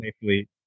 safely